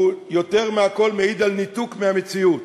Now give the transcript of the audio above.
הוא יותר מהכול מעיד על ניתוק מהמציאות.